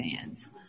fans